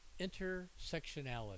Intersectionality